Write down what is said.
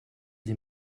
des